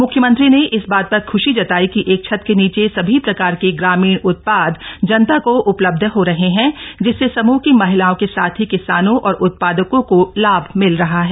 म्ख्यमंत्री ने इस बात र ख्शी जताई कि एक छत के नीचे सभी प्रकार के ग्रामीण उत्पाद जनता को उ लब्ध हो रहे हैं जिससे समूह की महिलाओं के साथ ही किसानों और उत्पादकों को लाभ मिल रहा है